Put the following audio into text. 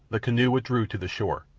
the canoe withdrew to the shore,